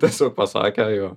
tiesiog pasakė jo